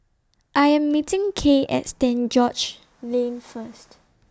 I Am meeting Kay At Stand George's Lane First